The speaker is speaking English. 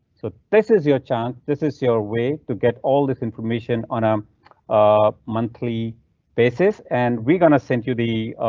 so this is your chunk. this is your way to get all this information on um a monthly basis, and we're going to send you the.